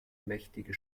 mächtige